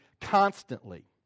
constantly